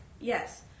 yes